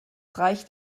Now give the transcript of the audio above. reicht